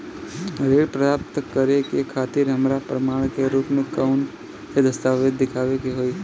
ऋण प्राप्त करे के खातिर हमरा प्रमाण के रूप में कउन से दस्तावेज़ दिखावे के होइ?